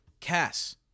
Cass